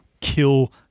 kill